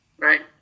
Right